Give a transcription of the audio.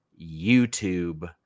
YouTube